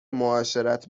معاشرت